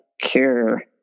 cure